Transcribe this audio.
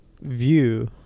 view